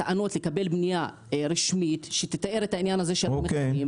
לגבי פניה רשימת שתתאר את העניין הזה של הנתונים,